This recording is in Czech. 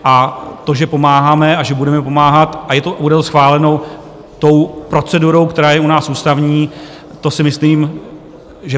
A to, že pomáháme a že budeme pomáhat, a je to schváleno tou procedurou, která je u nás ústavní, to si myslím, že...